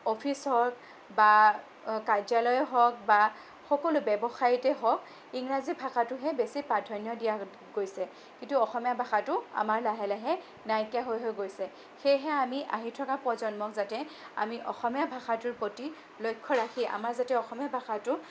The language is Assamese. অফিচ হওঁক বা কাৰ্যালয় হওঁক বা সকলো ব্যৱসায়তে হওঁক ইংৰাজী ভাষাটোহে বেছি প্ৰাধান্য দিয়া হৈছে কিন্তু অসমীয়া ভাষাটো আমাৰ লাহে লাহে নাইকিয়া হৈ হৈ গৈছে সেয়েহে আমি আহি থকা প্ৰজন্মক যাতে আমি অসমীয়া ভাষাটোৰ প্ৰতি লক্ষ্য ৰাখি আমাৰ যাতে অসমীয়া ভাষাটো